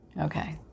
Okay